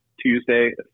Tuesday